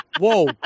whoa